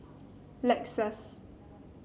Lexus